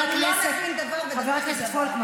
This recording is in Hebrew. למה לזלזל?